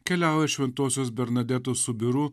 keliauja šventosios bernadetos subyru